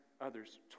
others